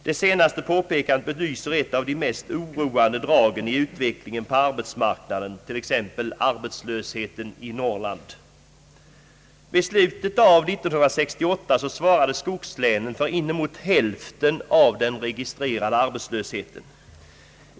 Det senaste påpekandet belyser ett av de mest oroande dragen i utvecklingen på arbetsmarknaden, t.ex. arbetslösheten i Norrland. Vid slutet av 1968 svarade skogslänen för inemot hälften av den registrerade arbetslösheten.